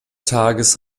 tages